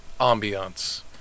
ambiance